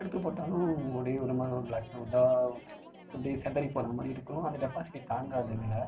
எடுத்துப் போட்டாலும் ஒரே ஒரு மாதிரி ப்ளாக் இதாக எப்படி சிதறி போகிறா மாதிரி இருக்கும் அது டெபாசிட் தாங்காது இதில்